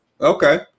Okay